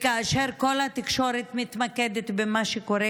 כאשר כל התקשורת מתמקדת במה שקורה